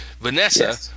Vanessa